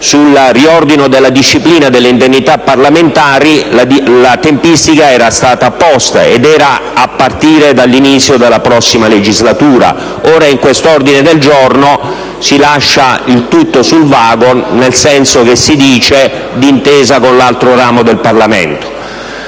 sul riordino della disciplina delle indennità parlamentari, la tempistica era stata posta, ed era a partire dall'inizio della prossima legislatura, mentre nell'ordine del giorno G100 si lascia tutto sul vago, nel senso che si fa riferimento ad un'intesa con l'altro ramo del Parlamento.